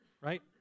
right